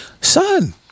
son